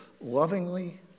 lovingly